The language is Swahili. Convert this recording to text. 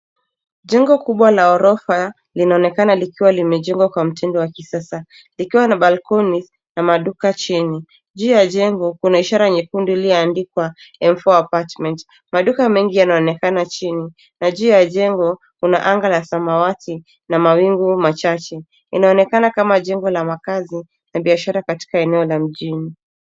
Jengo kubwa la ghorofa linaonekana likiwa limejengwa lwa mtindo wa kisasa. Likwa na balcony na maduka chini. Juu ya jengo kuna ishara nyekundu iliyoandikwa M4 Appartment. Maduka mengi yanaonekana chini. Na juu ya jengo kuna anga la samawati na mawingu machache. Inaonekana kama jengo la makazi na biashara katika eneo la mjini.